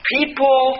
People